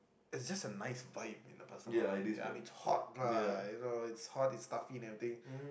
is just a nice vibe in the Pasar Malam ya I mean it's hot lah you know it's hot it's stuffy everything